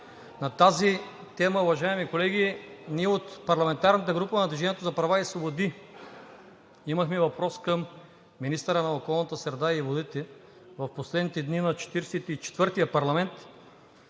На тази тема, уважаеми колеги, ние от парламентарната група на „Движение за права и свободи“ имахме въпрос към министъра на околната среда и водите в последните дни на 44-тия парламент.